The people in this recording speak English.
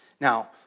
Now